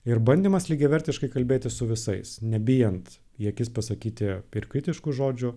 ir bandymas lygiavertiškai kalbėtis su visais nebijant į akis pasakyti ir kritiškų žodžių